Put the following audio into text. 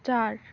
चार